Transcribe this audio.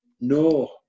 No